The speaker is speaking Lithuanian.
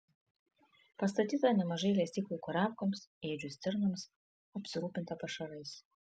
pastatyta nemažai lesyklų kurapkoms ėdžių stirnoms apsirūpinta pašarais